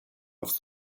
off